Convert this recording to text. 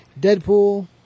Deadpool